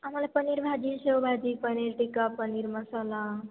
आम्हाला पनीर भाजी शेवभाजी पनीर टिक्का पनीर मसाला